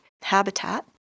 habitat